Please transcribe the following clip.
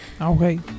Okay